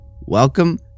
Welcome